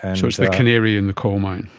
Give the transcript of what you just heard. and so it's the canary in the coalmine.